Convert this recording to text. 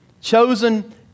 Chosen